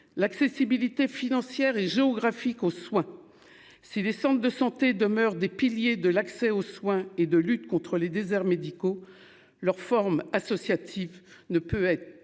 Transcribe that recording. l'accessibilité financière et géographique aux soins. Si les centres de santé demeurent des piliers de l'accès aux soins et de lutte contre les déserts médicaux. Leur forme associative ne peut être